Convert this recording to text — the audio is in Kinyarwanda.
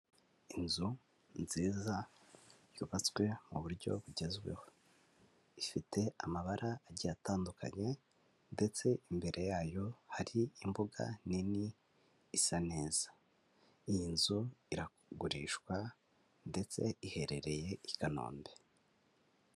Inzu nziza yubatswe mu buryo bugezweho, ifite amabara agiye atandukanye ndetse imbere yayo hari imbuga nini isa neza, iyi nzu iragurishwa ndetse iherereye i Kanombe.